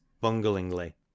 bunglingly